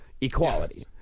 equality